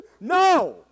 No